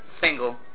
single